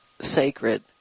sacred